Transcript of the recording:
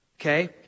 okay